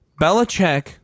Belichick